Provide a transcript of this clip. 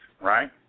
Right